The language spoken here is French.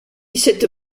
cette